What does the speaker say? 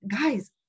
guys